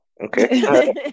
Okay